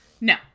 No